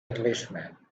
englishman